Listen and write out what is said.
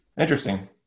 Interesting